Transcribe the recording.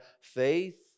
faith